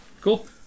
Cool